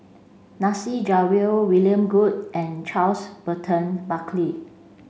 Nasir Jalil William Goode and Charles Burton Buckley